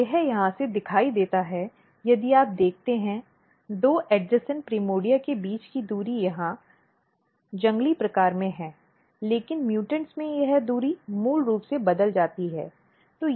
तो यह यहाँ से दिखाई देता है यदि आप देखते हैं दो आसन्न प्राइमोर्डिया के बीच की दूरी यहाँ जंगली प्रकार में है लेकिन म्यूटेंट में यह दूरी मूल रूप से बदल जाती है